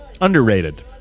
Underrated